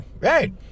right